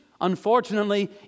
unfortunately